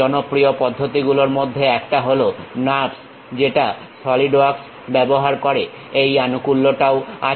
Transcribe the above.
জনপ্রিয় পদ্ধতিগুলোর মধ্যে একটা হলো NURBS যেটা সলিড ওয়ার্কস ব্যবহার করে এই আনুকূল্যটাও আছে